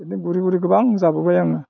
बिदिनो गुरै गुरै गोबां जाबोबाय आङो